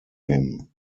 him